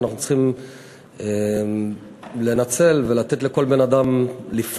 ואנחנו צריכים לנצל ולתת לכל אדם לפרוח